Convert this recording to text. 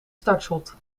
startschot